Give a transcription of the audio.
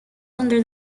under